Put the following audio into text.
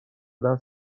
زدن